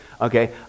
okay